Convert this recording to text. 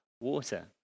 water